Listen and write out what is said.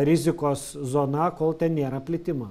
rizikos zona kol ten nėra plitimo